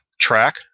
track